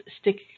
stick